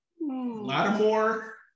Lattimore